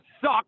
suck